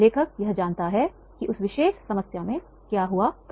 लेखक यह जानता है कि उस विशेष समस्या में क्या हुआ था